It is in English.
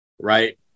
right